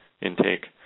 intake